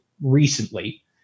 recently